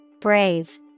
Brave